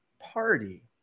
party